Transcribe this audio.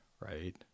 right